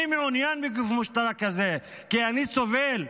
אני מעוניין בגוף משטרה כזה, כי אני סובל,